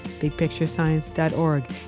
BigPictureScience.org